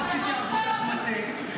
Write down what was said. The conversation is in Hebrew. -- לא עשיתי עבודת מטה,